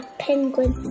penguin